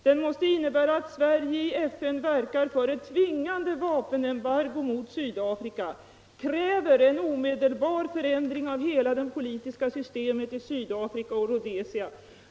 Den måste innebära att Sverige i FN verkar för ett tvingande vapenembargo mot Sydafrika, kräver en omedelbar förändring av hela det politiska systemet i Sydafrika och Rhodesia.